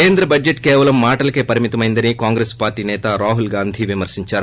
కేంద్ర బడ్లెట్ కేవలం మాటలకే పరిమితమయిందని కాంగ్రెస్ పార్టీ సేత రాహుల్ గాంధీ విమర్శించారు